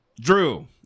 Drew